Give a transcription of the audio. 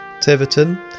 Tiverton